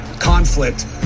conflict